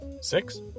Six